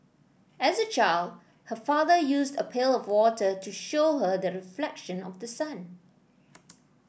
as a child her father used a pail of water to show her the reflection of the sun